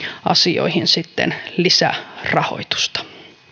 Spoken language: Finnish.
asioihin lisärahoitusta